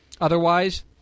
Otherwise